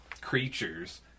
creatures